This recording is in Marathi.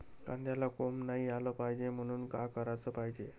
कांद्याला कोंब नाई आलं पायजे म्हनून का कराच पायजे?